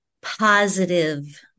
positive